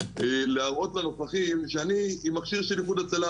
להראות לנוכחים שאני עם מכשיר של ארגון הצלה,